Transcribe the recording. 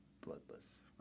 bloodless